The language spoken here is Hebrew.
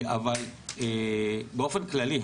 באופן כללי,